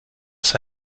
ist